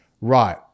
Right